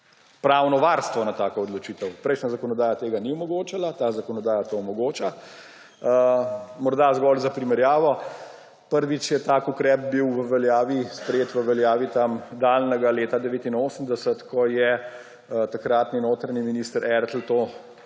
pravno varstvo na tako odločitev. Prejšnja zakonodaja tega ni omogočala, ta zakonodaja to omogoča. Morda zgolj za primerjavo, prvič je bil tak ukrep v sprejet, v veljavi daljnega leta 1989, ko je takratni notranji minister Ertl